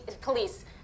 police